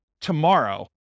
tomorrow